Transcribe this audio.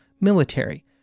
military